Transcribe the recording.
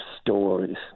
stories